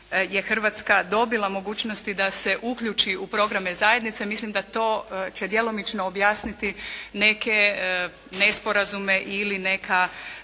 Hrvatska dobila mogućnosti da se uključi u programe zajednice. Mislim da to će djelomično objasniti neke nesporazume ili neka